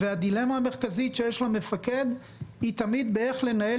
הדילמה המרכזית שיש למפקד היא תמיד איך לנהל